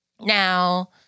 Now